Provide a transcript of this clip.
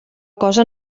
cosa